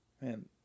man